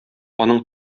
аның